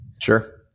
Sure